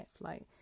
flight